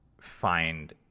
find –